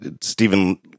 Stephen